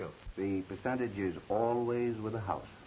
to the percentage is always with the house